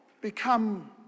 become